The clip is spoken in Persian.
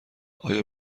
آیا